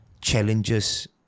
Challenges